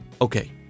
Okay